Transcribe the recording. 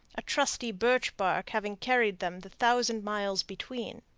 a trusty birch-bark having carried them the thousand miles between.